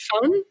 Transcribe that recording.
fun